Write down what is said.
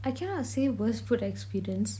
I cannot say worst food experience